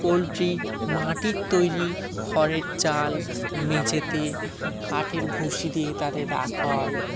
poultry মাটির তৈরি খড়ের চাল মেঝেতে কাঠের ভুষি দিয়ে তাদের রাখা হয়